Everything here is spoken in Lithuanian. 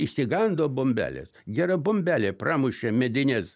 išsigando bombelės gera bombelė pramušė medines